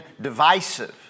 divisive